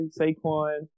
Saquon